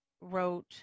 wrote